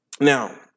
Now